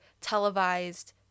televised